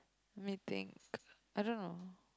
me think I dunno